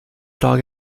dog